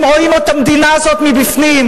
הם רואים את המדינה הזאת מבפנים.